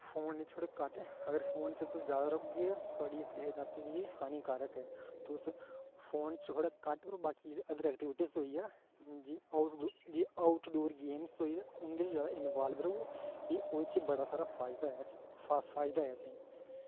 phone बिच थोह्ड़ा घट्ट अगर फोन च तुस जैदा रौह्गे थुआढ़ी सेह्त आस्तै एह् हानिकारक ऐ तुस फोन च थोह्ड़ा घट्ट और बाकी जेह्ड़ी अदर एक्टिविटीज होई गेइयां जि'यां आउट जि'यां आउटडोर गेमां होइयां ते उं'दे च जैदा इन्वाल्व र'वो कि ओह्दे च बड़ा सारा फायदा ऐ फ फायदा ऐ असें